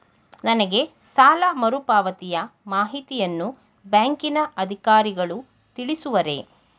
ನನಗೆ ಸಾಲ ಮರುಪಾವತಿಯ ಮಾಹಿತಿಯನ್ನು ಬ್ಯಾಂಕಿನ ಅಧಿಕಾರಿಗಳು ತಿಳಿಸುವರೇ?